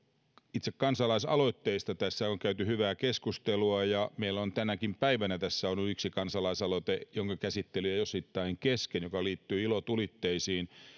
itse kansalaisaloitteista tässä on käyty hyvää keskustelua ja meillä on tänäkin päivänä ollut yksi kansalaisaloite jonka käsittely jäi osittain kesken aloite liittyi ilotulitteisiin